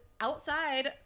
outside